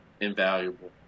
invaluable